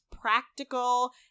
practical